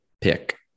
pick